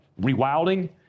Rewilding